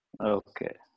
Okay